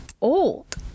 old